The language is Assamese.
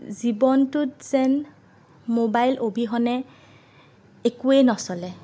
জীৱনটোত যেন মোবাইল অবিহনে একোৱেই নচলে